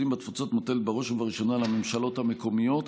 בתפוצות מוטלת בראש ובראשונה על הממשלות המקומיות,